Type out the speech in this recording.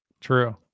True